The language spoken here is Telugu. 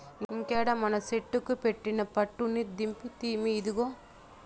ఇంకేడ మనసెట్లుకు పెట్టిన పట్టుని దింపితిమి, ఇదిగో